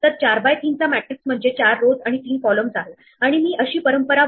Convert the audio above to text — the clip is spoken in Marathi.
तर आपल्याला इथे m ब्लॉक असलेली लिस्ट मिळत आहे आणि प्रत्येक ब्लॉक मध्ये n झिरो आहेत